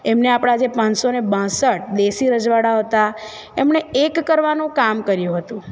એમને આપણા જે પાંચસો ને બાસઠ દેશી રજવાડાઓ હતાં એમને એક કરવાનું કામ કર્યું હતું